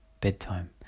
bedtime